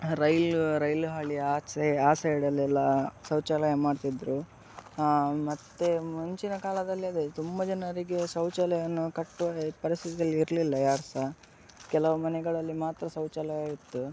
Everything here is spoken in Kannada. ರೈಲು ರೈಲು ಹಳಿ ಆಚೆ ಆ ಸೈಡಲ್ಲೆಲ್ಲ ಶೌಚಾಲಯ ಮಾಡ್ತಿದ್ರು ಮತ್ತೆ ಮುಂಚಿನ ಕಾಲದಲ್ಲಿ ಅದೇ ತುಂಬ ಜನರಿಗೆ ಶೌಚಾಲಯವನ್ನು ಕಟ್ಟುವ ಪರಿಸ್ಥಿತಿಯಲ್ಲಿ ಇರಲಿಲ್ಲ ಯಾರೂ ಸಹಾ ಕೆಲವು ಮನೆಗಳಲ್ಲಿ ಮಾತ್ರ ಶೌಚಾಲಯವಿತ್ತು